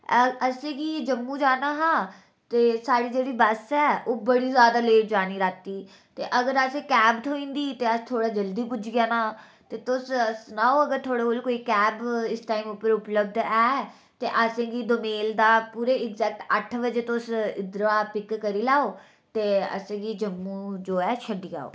असें गी जम्मू जाना हा ते साढ़ी जेह्ड़ी बस ऐ ओ बड़ी जैदा लेट जानी राती ते अगर असें कैब थ्होई जंदी ते अस थोड़ा जल्दी पुज्जी जाना ते तुस सनाओ अगर थुआढ़े कोल कोई कैब इस टाइम उप्पर उपलब्ध है ते असें गी दोमेल दा पुरे ऐक्सएक्ट अट्ठ बजे तुस इद्दर दा पिकनिक करी लाओ ते असें गी जम्मू जो है शड्डी आओ